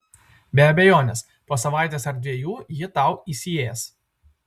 be abejonės po savaitės ar dviejų ji tau įsiės